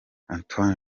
antoine